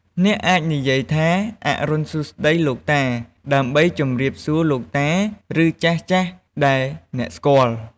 អ្នកអាចនិយាយថា "អរុណសួស្តីលោកតា" ដើម្បីជំរាបសួរលោកតា ឬ ចាស់ៗដែលអ្នកស្កាល់។